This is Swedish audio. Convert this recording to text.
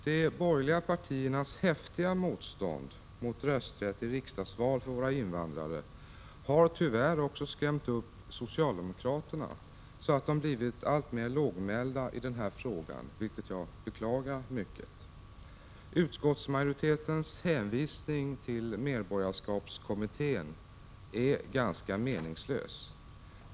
De borgerliga partiernas häftiga motstånd mot rösträtt för invandrare i riksdagsval har tyvärr också skrämt upp socialdemokraterna, så att de blivit alltmer lågmälda i den frågan, vilket jag beklagar mycket. Utskottsmajoritetens hänvisning till medborgarskapskommittén är ganska meningslös.